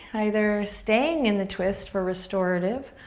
either staying in the twist for restorative,